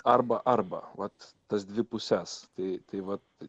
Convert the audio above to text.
arba arba vat tas dvi puses tai tai vat